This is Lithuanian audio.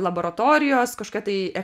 laboratorijos kažkokia tai